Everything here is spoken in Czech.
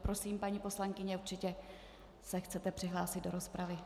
Prosím, paní poslankyně, určitě se chcete přihlásit do rozpravy.